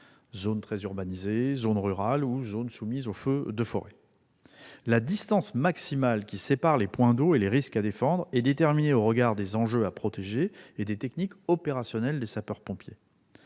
zones très urbanisées, zones rurales ou zones soumises aux feux de forêt. La distance maximale qui sépare les points d'eau et les risques à défendre est déterminée au regard des enjeux à protéger et des techniques opérationnelles des sapeurs-pompiers.